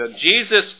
Jesus